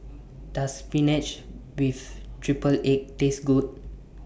Does Spinach with Triple Egg Taste Good